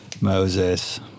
Moses